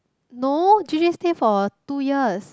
no J_j stay for two years